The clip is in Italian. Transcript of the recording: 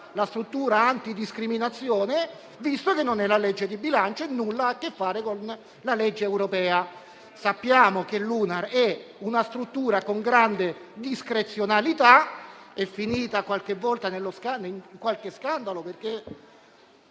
la struttura antidiscriminazione, visto che questa non è la legge di bilancio e nulla ha a che fare con la legge europea. Sappiamo che l'UNAR è una struttura con grande discrezionalità ed è finita qualche volta in qualche scandalo, perché